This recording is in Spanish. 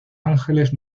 ángeles